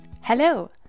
Hello